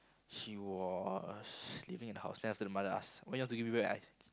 she was living in the house then after the mother ask when you wanna give me back